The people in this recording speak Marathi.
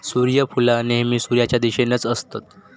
सुर्यफुला नेहमी सुर्याच्या दिशेनेच असतत